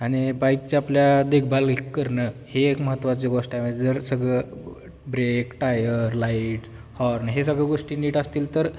आणि बाईकच्या आपल्या देखभाल करणं हे एक महत्त्वाची गोष्ट आहे म्हणजे जर सगळं ब्रेक टायर लाईट हॉर्न हे सगळं गोष्टी नीट असतील तर